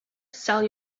sell